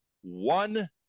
One